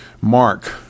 Mark